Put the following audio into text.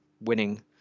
winning